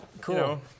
cool